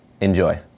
Enjoy